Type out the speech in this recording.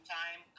time